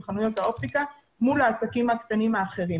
חנויות האופטיקה מול העסקים הקטנים האחרים.